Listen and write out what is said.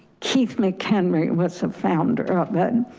keith mchenry was a founder of it, and